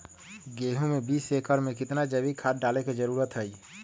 गेंहू में बीस एकर में कितना जैविक खाद डाले के जरूरत है?